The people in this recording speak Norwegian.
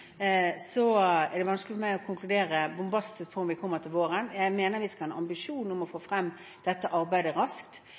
er det vanskelig for meg å konkludere bombastisk på om dette kommer til våren. Jeg mener vi skal ha en ambisjon om å få